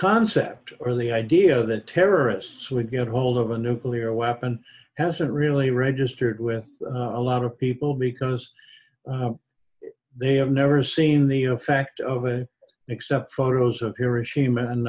concept or the idea that terrorists would get hold of a nuclear weapon hasn't really registered with a lot of people because they have never seen the effect of it except photos of hiroshima and